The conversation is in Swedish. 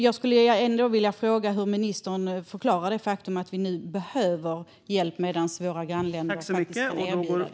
Jag skulle ändå vilja fråga hur ministern förklarar det faktum att vi nu behöver hjälp medan våra grannländer faktiskt kan erbjuda det.